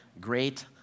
great